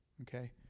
Okay